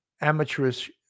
amateurish